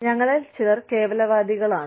ഞങ്ങളിൽ ചിലർ കേവലവാദികളാണ്